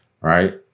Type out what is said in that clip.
right